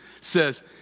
says